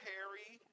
Harry